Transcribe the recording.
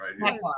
right